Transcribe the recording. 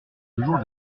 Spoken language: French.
toujours